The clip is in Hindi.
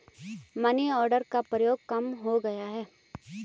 मनीआर्डर का प्रयोग अब कम हो गया है